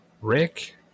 Rick